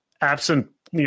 absent